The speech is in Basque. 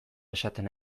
esaten